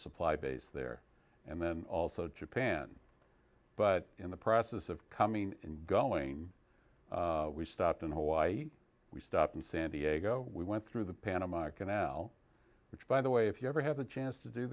supply base there and then also japan but in the process of coming and going we stopped in hawaii we stopped in san diego we went through the panama canal which by the way if you ever have a chance to do